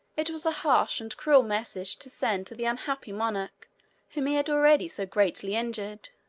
it was a harsh and cruel message to send to the unhappy monarch whom he had already so greatly injured.